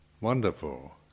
wonderful